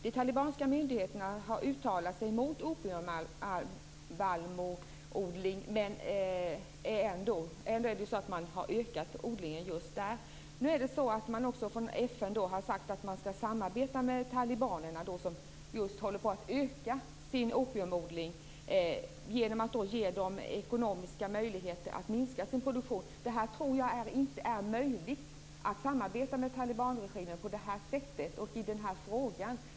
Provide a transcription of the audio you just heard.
De talibanska myndigheterna har uttalat sig mot odling av opiumvallmo, men ändå har man ökat odlingen just där. Nu har FN sagt att man skall samarbeta med talibanerna - som alltså håller på att öka sin opiumodling - genom att ge dem ekonomiska möjligheter att minska sin produktion. Jag tror inte att det här är möjligt; alltså att samarbeta med talibanregimen på det här sättet och i den här frågan.